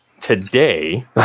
today